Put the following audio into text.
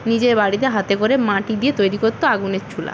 নিজে বাড়িতে হাতে করে মাটি দিয়ে তৈরি করতো আগুনের চুলা